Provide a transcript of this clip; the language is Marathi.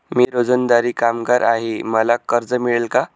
मी रोजंदारी कामगार आहे मला कर्ज मिळेल का?